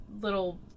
little